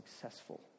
successful